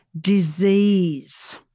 disease